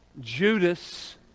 Judas